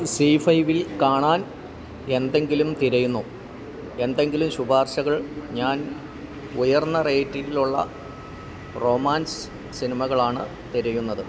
see ഫൈവില് കാണാൻ എന്തെങ്കിലും തിരയുന്നു എന്തെങ്കിലും ശുപാർശകൾ ഞാൻ ഉയർന്ന റേറ്റിംഗ് ഉള്ള റൊമാൻസ് സിനിമകളാണ് തിരയുന്നത്